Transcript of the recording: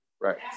right